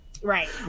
Right